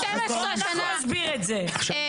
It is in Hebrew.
הנה,